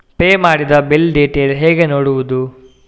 Pay ಮಾಡಿದ bill detail ಹೇಗೆ ನೋಡುವುದು?